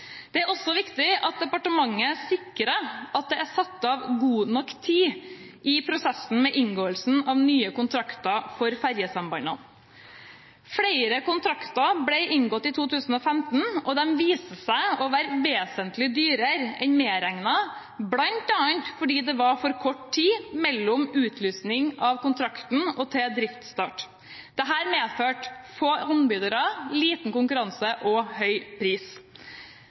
Det er også viktig at departementet sikrer at det er satt av god nok tid i prosessen med inngåelsen av nye kontrakter for ferjesambandene. Flere kontrakter ble inngått i 2015, og de viser seg å være vesentlig dyrere enn medregnet, bl.a. fordi det var for kort tid mellom utlysning av kontrakten og driftsstart. Dette medførte få anbydere, liten konkurranse og høy pris,